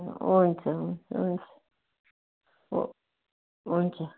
हुन्छ हुन्छ हुन्छ हो हुन्छ